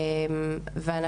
אנחנו